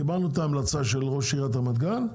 קיבלנו את ההמלצה של ראש עיריית רמת גן,